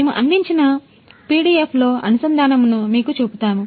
మేము అందించిన పిడిఎఫ్లో అనుసంధానమును మీకు చూపుతాము